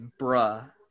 bruh